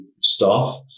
staff